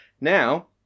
Now